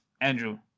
Andrew